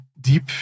deep